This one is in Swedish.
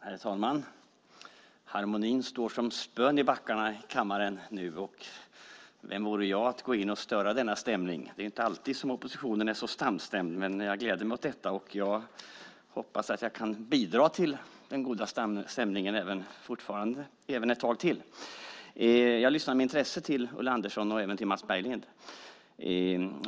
Herr talman! Harmonin står som spön i backen i kammaren nu. Vem vore jag att gå in och störa denna stämning? Det är inte alltid som oppositionen är så samstämd, men jag gläder mig åt detta och hoppas att jag kan bidra till den goda stämningen ett tag till. Jag lyssnade med intresse till Ulla Andersson och även till Mats Berglind.